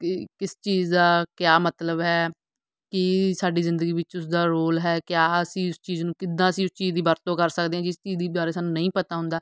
ਕਿ ਕਿਸ ਚੀਜ਼ ਦਾ ਕਿਆ ਮਤਲਬ ਹੈ ਕਿ ਸਾਡੀ ਜ਼ਿੰਦਗੀ ਵਿੱਚ ਉਸਦਾ ਰੋਲ ਹੈ ਕਿਆ ਅਸੀਂ ਉਸ ਚੀਜ਼ ਨੂੰ ਕਿੱਦਾਂ ਅਸੀਂ ਉਸ ਚੀਜ਼ ਦੀ ਵਰਤੋਂ ਕਰ ਸਕਦੇ ਹਾਂ ਜਿਸ ਚੀਜ਼ ਦੀ ਬਾਰੇ ਸਾਨੂੰ ਨਹੀਂ ਪਤਾ ਹੁੰਦਾ